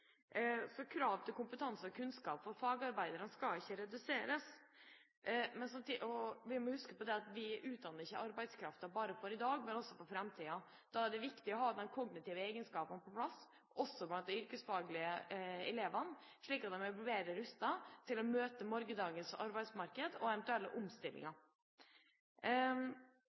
til kompetanse og kunnskap for fagarbeiderne skal ikke reduseres. Vi må huske på at vi utdanner ikke arbeidskraften bare for i dag, men også for framtiden. Da er det viktig å ha de kognitive egenskapene på plass, også blant de yrkesfaglige elevene, slik at de er bedre rustet til å møte morgendagens arbeidsmarked og eventuelle omstillinger.